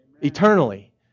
eternally